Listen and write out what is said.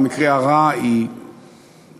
במקרה הרע היא פשוט